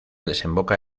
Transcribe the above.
desemboca